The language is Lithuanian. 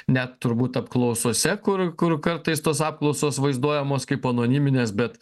net turbūt apklausose kur kur kartais tos apklausos vaizduojamos kaip anoniminės bet